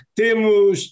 temos